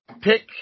Pick